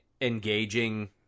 engaging